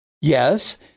Yes